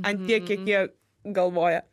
ant tiek kiek jie galvoja